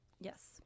Yes